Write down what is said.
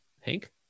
hank